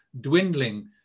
dwindling